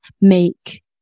make